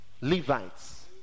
Levites